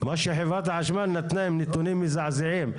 מה שחברת החשמל נתנה הם נתונים מזעזעים.